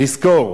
לזכור